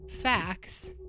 facts